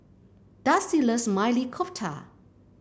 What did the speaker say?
Dusty loves Maili Kofta